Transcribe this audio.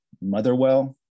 Motherwell